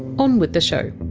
on with the show